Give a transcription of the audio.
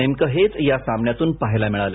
नेमकं हेच या सामन्यातून पाहायला मिळालं